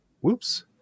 whoops